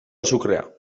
azukrea